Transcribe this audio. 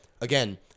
again